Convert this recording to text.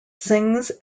sings